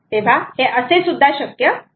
तेव्हा हे असे सुद्धा शक्य आहे